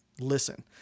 listen